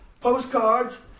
postcards